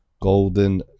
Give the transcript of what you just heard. Golden